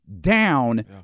down